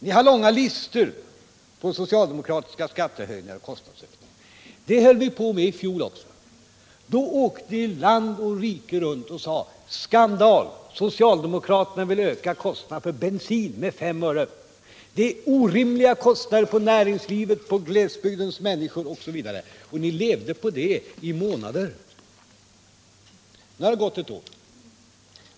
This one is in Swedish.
Ni har en lång lista på socialdemokratiska skattehöjningar och kostnadsökningar. Det höll ni på med i fjol också. Då åkte ni land och rike runt och sade: Skandal — socialdemokraterna vill öka bensinpriset med 5 öre litern, det är en orimlig kostnad för näringslivet, för glesbygdens människor osv. Och ni levde på detta i månader. Nu har det gått ett år.